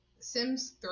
sims